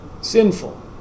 sinful